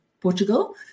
Portugal